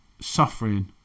suffering